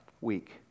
week